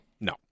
No